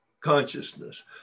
consciousness